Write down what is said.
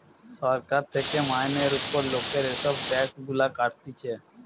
সরকার থেকে মাইনের উপর লোকের এসব ট্যাক্স গুলা কাটতিছে